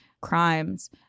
crimes